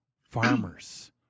farmers